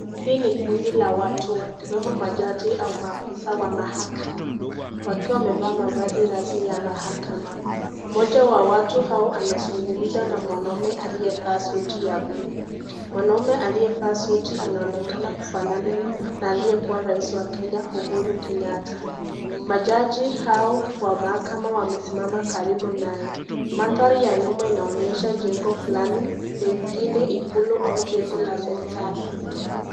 Hii ni kundi la watu wakiwemo majaji au maafisa wa mahakama, wakiwa wamevaa mavazi rasmi ya mahakama. Mmoja wa watu hao anazungumza na mwanaume aliyevaa suti ya bluu. Mwanaume aliyevaa suti anaonekana kufanana na aliyekuwa raisi wa Kenya, Uhuru Kenyatta. Majaji hao wa mahakama wamesimama karibu naye. Mandhari ya nyuma inaonyesha jengo fulani, pengine ikulu au jengo la serikali.